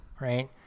Right